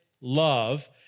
love